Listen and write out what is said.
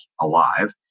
alive